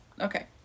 Okay